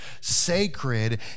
sacred